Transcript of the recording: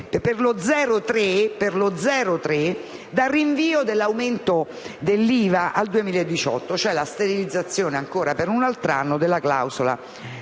per cento, dal rinvio dell'aumento dell'IVA al 2018, ossia dalla sterilizzazione, ancora per un altro anno, della clausola